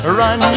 run